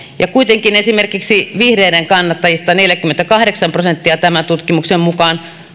kuitenkin esimerkiksi vihreiden kannattajista neljäkymmentäkahdeksan prosenttia tämän tutkimuksen mukaan